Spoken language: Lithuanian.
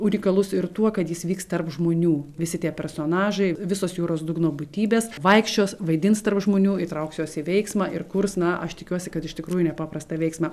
unikalus ir tuo kad jis vyks tarp žmonių visi tie personažai visos jūros dugno būtybės vaikščios vaidins tarp žmonių įtrauks juos į veiksmą ir kurs na aš tikiuosi kad iš tikrųjų nepaprastą veiksmą